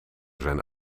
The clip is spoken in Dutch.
zijn